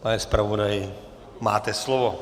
Pane zpravodaji, máte slovo.